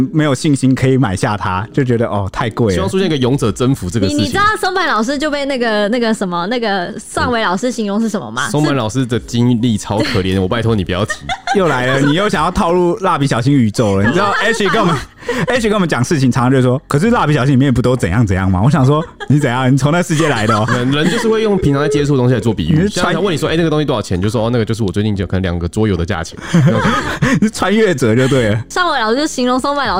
没有信心可以买下它，就觉得，哦，太贵了。希望出现一个勇者征服这个你- 你知事情。道松坂老师就被那个- 那个什么- 那个上嗯。尾老师形容是什么吗？松是。坂老师的经历超可怜，我拜托你不要提。 又来了，你又想要套入蜡笔小新宇宙了，你知道H跟我们- H跟我们讲事情，常常就说，“可是蜡笔小新里面不都怎样怎样吗？”我想说，“你怎样？你从那世界来的哦。”人- 人就是会用平常在接触的东西来做比喻， 你是像穿他越-问你说，“哎，那个东西多少钱？”就说，“哦，那个就是我最近就可能两个桌游的价钱。”那种感觉。 你是穿越者就对了。上尾老师就形容松坂老师